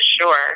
Sure